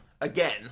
Again